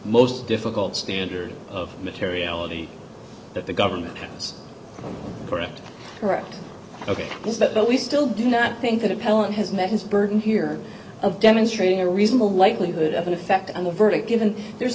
most difficult standard of materiality that the government is correct correct ok yes but we still do not think that appellant has met his burden here of demonstrating a reasonable likelihood of an effect on the verdict given there's